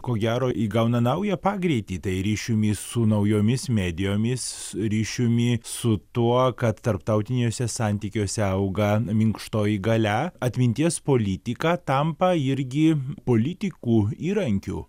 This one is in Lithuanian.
ko gero įgauna naują pagreitį tai ryšiumi su naujomis medijomis ryšiumi su tuo kad tarptautiniuose santykiuose auga minkštoji galia atminties politika tampa irgi politikų įrankiu